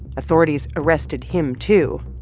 authorities arrested him too.